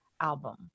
album